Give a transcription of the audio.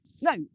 no